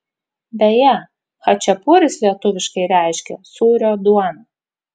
beje chačiapuris lietuviškai reiškia sūrio duoną